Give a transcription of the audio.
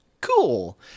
cool